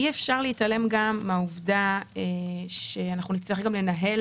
אי אפשר להתעלם גם מן העובדה שאנחנו נצטרך גם לנהל